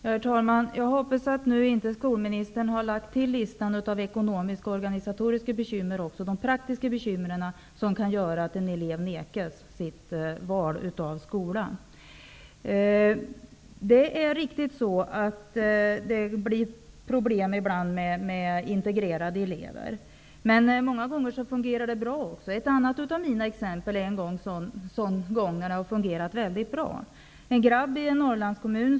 Herr talman! Jag hoppas att skolministern inte har lagt till ekonomiska och organisatoriska bekymmer på listan över de praktiska bekymmer som kan medföra att eleven förvägras sitt val av skola. Det är riktigt att det ibland uppstår problem med integrerade elever. Men många gånger kan det också fungera bra. Jag har ett exempel på att det har fungerat mycket bra. Exemplet gäller en grabb i en Norrlandskommun.